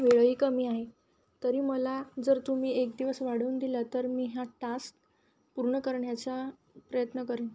वेळही कमी आहे तरी मला जर तुम्ही एक दिवस वाढवून दिला तर मी हा टास्क पूर्ण करण्याचा प्रयत्न करेन